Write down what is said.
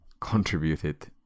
contributed